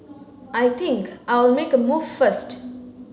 I think I'll make a move first